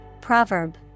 Proverb